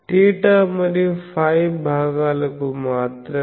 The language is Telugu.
θ మరియు φ భాగాలకు మాత్రమే